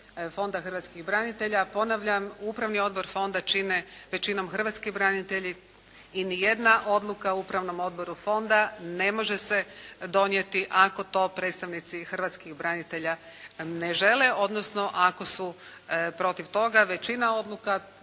Fonda hrvatskih branitelja. Ponavljam upravni odbor fonda čine većinom hrvatski branitelji i ni jedna odluka u upravnom odboru fonda ne može se donijeti ako to predstavnici hrvatskih branitelja ne žele, odnosno ako su protiv toga. Većina odluka,